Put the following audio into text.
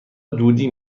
دودی